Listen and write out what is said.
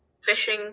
fishing